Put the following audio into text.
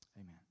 amen